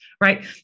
right